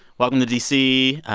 welcome to d c.